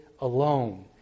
alone